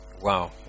Wow